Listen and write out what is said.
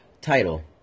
title